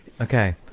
Okay